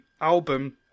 album